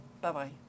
Bye-bye